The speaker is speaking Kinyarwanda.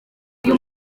uyu